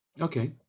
Okay